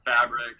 fabric